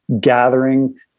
gathering